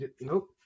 nope